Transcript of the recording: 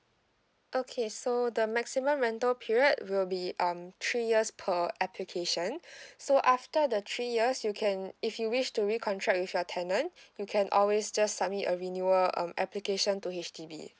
okay so the maximum rental period will be um three years per application so after the three years you can if you wish to recontract with your tenant you can always just submit a renewal um application to H_D_B